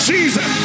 Jesus